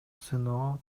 сыноо